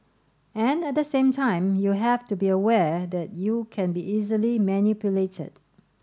and at the same time you have to be aware that you can be easily manipulated